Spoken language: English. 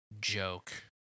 joke